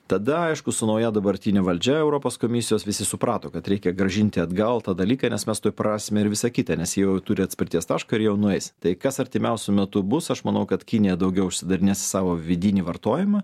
tada aišku su nauja dabartine valdžia europos komisijos visi suprato kad reikia grąžinti atgal tą dalyką nes mes tuoj prarasime ir visą kitą nes jie jau turi atspirties tašką ir jau nueis tai kas artimiausiu metu bus aš manau kad kinija daugiau užsidarinės į savo vidinį vartojimą